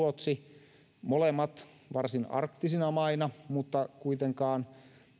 ruotsi molemmat varsin arktisina maina mutta kuitenkaan